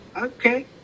okay